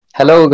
Hello